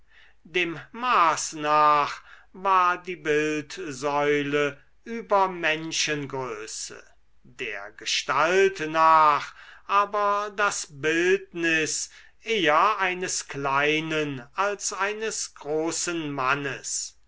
dem maß nach war die bildsäule über menschengröße der gestalt nach aber das bildnis eher eines kleinen als eines großen mannes